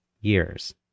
years